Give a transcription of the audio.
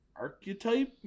archetype